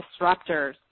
disruptors